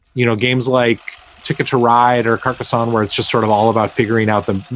you know, games like ticket to ride or carcassonne, where it's just sort of all about figuring out the,